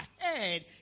ahead